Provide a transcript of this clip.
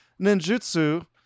ninjutsu